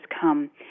come